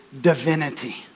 divinity